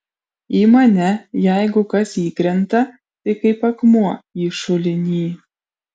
į mane jeigu kas įkrenta tai kaip akmuo į šulinį